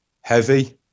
heavy